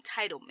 entitlement